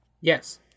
Yes